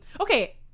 Okay